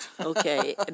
Okay